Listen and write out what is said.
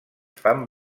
fan